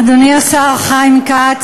אדוני השר חיים כץ,